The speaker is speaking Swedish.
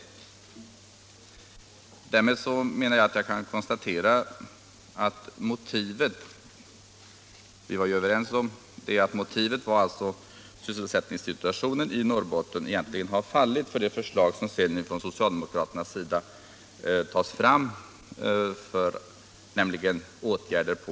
Därmed anser jag att motivet för socialdemokraternas förslag om åtgärder på energibesparingsområdet har fallit. Vi var ju överens om att motivet var omtanke om sysselsättningen.